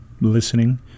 listening